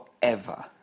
forever